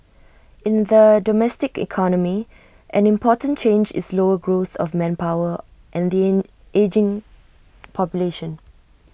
in the domestic economy an important change is slower growth of manpower and the in ageing population